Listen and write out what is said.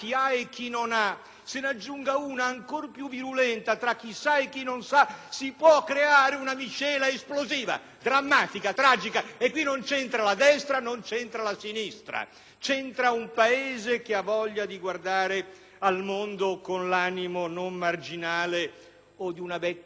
se ne aggiunga una, ancor più virulenta, tra chi si sa e chi non sa, si può creare una miscela esplosiva, drammatica, tragica. E qui non c'entrano la destra o la sinistra: c'entra un Paese che ha voglia di guardare al mondo con animo non marginale o con quello di una vecchia "Italietta",